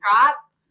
drop